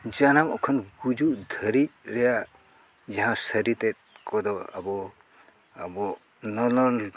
ᱡᱟᱱᱟᱢ ᱠᱷᱚᱱ ᱜᱩᱡᱩᱜ ᱫᱷᱟᱹᱨᱤᱡ ᱨᱮᱭᱟᱜ ᱡᱟᱦᱟᱸ ᱥᱟᱹᱨᱤ ᱛᱮᱫ ᱠᱚᱫᱚ ᱟᱵᱚ ᱟᱵᱚ ᱱᱚᱱᱚᱞ